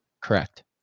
Correct